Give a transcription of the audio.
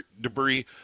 debris